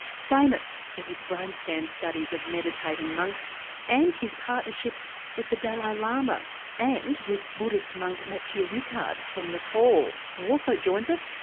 famous for his brain scan studies of meditating monks and his partnership with the dalai lama and with buddhist monk matthieu ricard from nepal, who also joins us.